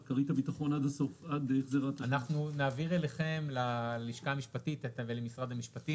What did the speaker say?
על סדר-היום: הצעת חוק לתיקון פקודת המכרות (מס' 13),